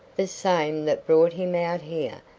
the same that brought him out here,